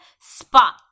spot